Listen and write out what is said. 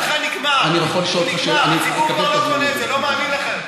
הסקרים שלך מראים שהציבור לא קונה את מה שאתה אומר לו.